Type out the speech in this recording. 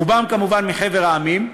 רובם כמובן מחבר המדינות,